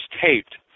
taped